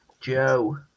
Joe